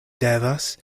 devas